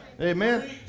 Amen